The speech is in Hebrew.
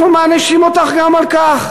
אנחנו מענישים אותך גם על כך.